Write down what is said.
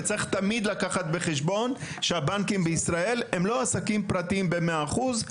וצריך תמיד לקחת בחשבון שהבנקים בישראל הם לא עסקים פרטיים במאה אחוז.